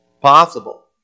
possible